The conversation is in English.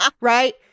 right